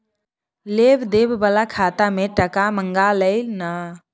लेब देब बला खाता मे टका मँगा लय ना